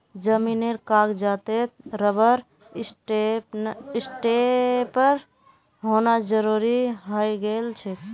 जमीनेर कागजातत रबर स्टैंपेर होना जरूरी हइ गेल छेक